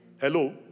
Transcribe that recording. Hello